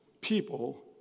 people